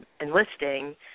enlisting